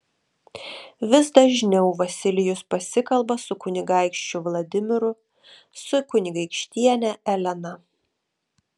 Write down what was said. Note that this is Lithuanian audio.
vis dažniau vasilijus pasikalba su kunigaikščiu vladimiru su kunigaikštiene elena